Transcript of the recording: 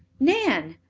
nan,